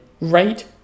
right